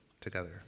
together